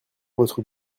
votre